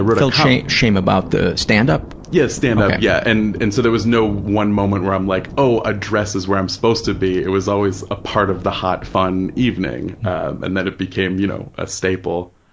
ah felt shame shame about the stand-up? yeah, the stand-up, yeah, and and so there was no one moment where i'm like, oh, a dress is where i'm supposed to be. it was always a part of the hot, fun evening, and then it became, you know, a staple.